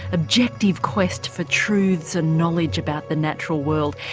objective quest for truths and knowledge about the natural world.